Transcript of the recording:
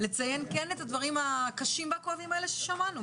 לציין כן את הדברים הקשים הכואבים האלה ששמענו,